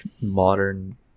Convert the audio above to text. modern